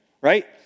Right